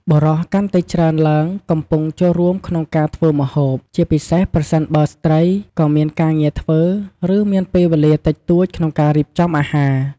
បុរសកាន់តែច្រើនឡើងកំពុងចូលរួមក្នុងការធ្វើម្ហូប ជាពិសេសប្រសិនបើស្ត្រីក៏មានការងារធ្វើ ឬមានពេលវេលាតិចតួចក្នុងការរៀបចំអាហារ។